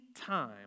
time